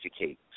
educate